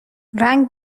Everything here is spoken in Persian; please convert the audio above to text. رنگ